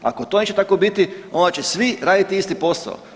Ako to neće tako biti onda će svi raditi isti posao.